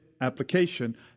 application